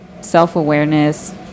self-awareness